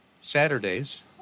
saturdays